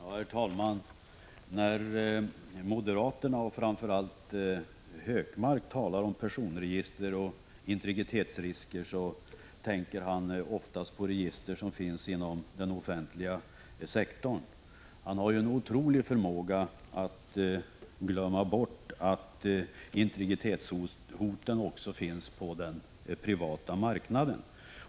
Herr talman! När moderaterna, och framför allt Gunnar Hökmark, talar om personregister och integritetsrisker, tänker de ofta på register som finns inom den offentliga sektorn. Gunnar Hökmark har en otrolig förmåga att glömma bort att integritetshoten också finns på den privata marknaden.